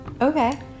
Okay